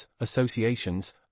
associations